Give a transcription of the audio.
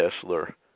Kessler